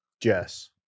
Jess